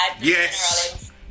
Yes